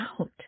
out